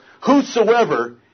whosoever